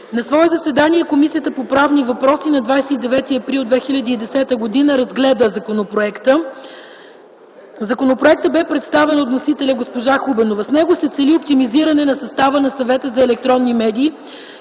На свое заседание Комисията по правни въпроси на 29 април 2010 г. разгледа законопроекта. Законопроектът бе представен от вносителя госпожа Хубенова. С него се цели оптимизиране на състава на Съвета за електронни медии